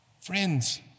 Friends